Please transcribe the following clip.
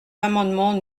l’amendement